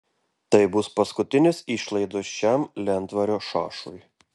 tai bus paskutinės išlaidos šiam lentvario šašui